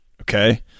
Okay